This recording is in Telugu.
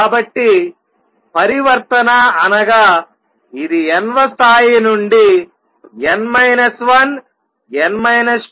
కాబట్టి పరివర్తన అనగా ఇది n వ స్థాయి నుండి n 1 n 2